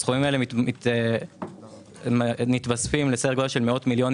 הסכומים האלה מיתוספים לסכומים של מאות מיליונים